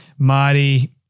Marty